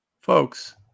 folks